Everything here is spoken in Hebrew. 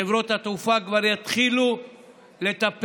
חברות התעופה כבר יתחילו לטפל